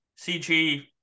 CG